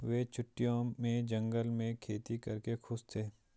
वे छुट्टियों में जंगल में खेती करके खुश थे